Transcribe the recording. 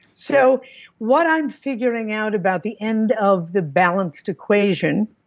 so what i'm figuring out about the end of the balanced equation,